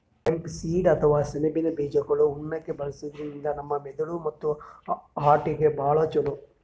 hemp seed ಅಥವಾ ಸೆಣಬಿನ್ ಬೀಜಾಗೋಳ್ ಉಣ್ಣಾಕ್ಕ್ ಬಳಸದ್ರಿನ್ದ ನಮ್ ಮೆದಳ್ ಮತ್ತ್ ಹಾರ್ಟ್ಗಾ ಭಾಳ್ ಛಲೋ